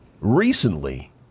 Recently